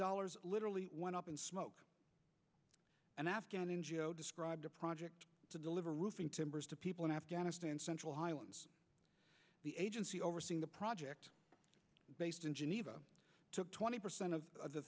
dollars literally went up in smoke and afghan in geo described a project to deliver roofing timbers to people in afghanistan central highlands the agency overseeing the project based in geneva took twenty percent of the